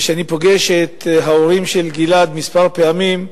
וכשאני פוגש את ההורים של גלעד, כמה פעמים,